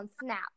Snap